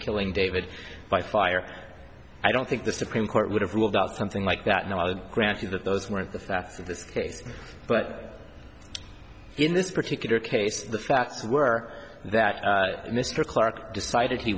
killing david by fire i don't think the supreme court would have ruled out something like that and i'll grant you that those weren't the facts of this case but in this particular case the facts were that mr clark decided he